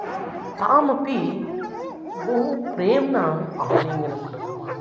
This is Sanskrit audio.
ताम् अपि बहु प्रेम्णा आलिङ्गनं कृतवान्